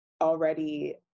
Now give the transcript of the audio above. already